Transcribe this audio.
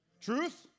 Truth